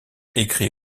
écrit